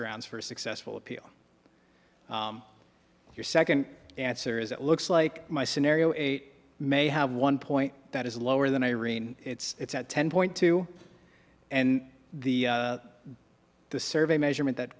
grounds for a successful appeal your second answer is it looks like my scenario eight may have one point that is lower than irene it's at ten point two and the the survey measurement that